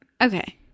Okay